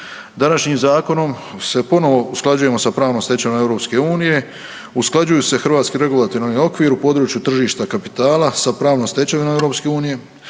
Današnjim zakonom se ponovo usklađujemo sa pravnom stečevinom EU, usklađuju se hrvatski regulatorni okvir u području tržišta kapitala sa pravnom stečevinom EU,